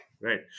right